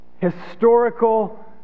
historical